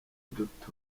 duto